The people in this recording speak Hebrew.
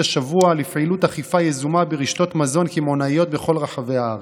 השבוע לפעילות אכיפה יזומה ברשתות מזון קמעונאיות בכל רחבי הארץ.